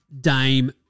Dame